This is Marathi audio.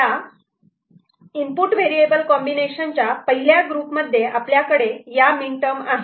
या इनपुट व्हेजिटेबल कॉम्बिनेशन च्या पहिल्या ग्रुप मध्ये आपल्याकडे या मीनटर्म आहे